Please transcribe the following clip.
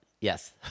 Yes